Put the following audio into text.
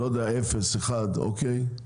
לא יודע 0,1 אוקיי?